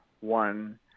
one